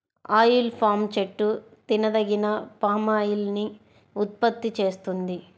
oil palm చెట్టు తినదగిన palm oil ని ఉత్పత్తి చేస్తుంది